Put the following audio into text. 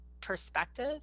perspective